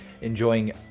Enjoying